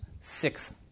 six